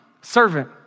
servant